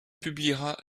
publiera